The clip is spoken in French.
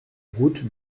route